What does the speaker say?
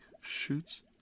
shoots